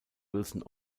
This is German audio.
wilson